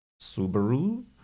Subaru